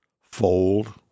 fold